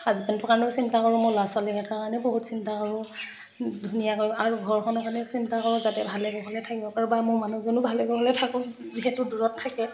হাজবেন্দৰ কাৰণেও চিন্তা কৰোঁ মই ল'ৰা ছোৱালীকেইটাৰ কাৰণেও বহুত চিন্তা কৰোঁ ধুনীয়াকৈ আৰু ঘৰখনৰ কাৰণেও চিন্তা কৰোঁ যাতে ভালে কুশলে থাকিব পাৰোঁ বা মোৰ মানুহজনো ভালে কুশলে থাকক যিহেতু দূৰত থাকে